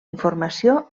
informació